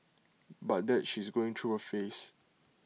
but that she's going through A phase